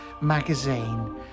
magazine